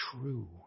true